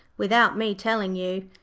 without me telling you.